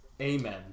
Amen